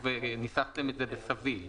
ניסחתם את זה בסביל,